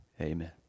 Amen